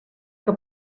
que